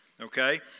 okay